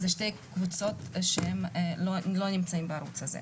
אז זה שתי קבוצות שלא נמצאות בערוץ הזה.